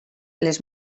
les